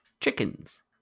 Chickens